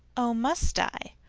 oh must i?